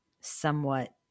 somewhat